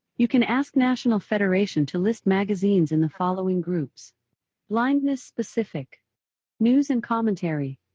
you can ask national federation to list magazines in the following groups blindness specific news and commentary,